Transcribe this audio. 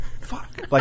fuck